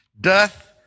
doth